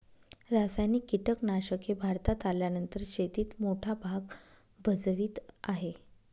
रासायनिक कीटनाशके भारतात आल्यानंतर शेतीत मोठा भाग भजवीत आहे